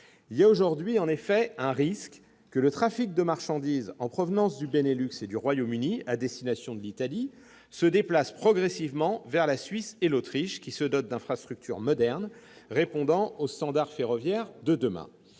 Il y a aujourd'hui un risque que le trafic de marchandises en provenance du Benelux et du Royaume-Uni à destination de l'Italie se déplace progressivement vers la Suisse et l'Autriche, qui se dotent d'infrastructures modernes répondant aux standards ferroviaires de demain